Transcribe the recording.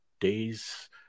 days